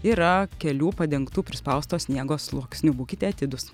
yra kelių padengtų prispausto sniego sluoksniu būkite atidūs